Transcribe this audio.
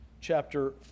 chapter